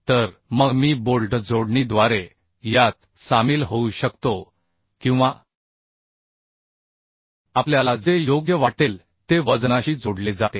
तर मग मी बोल्ट जोडणीद्वारे यात सामील होऊ शकतो किंवा आपल्याला जे योग्य वाटेल ते वजनाशी जोडले जाते